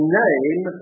name